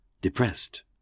depressed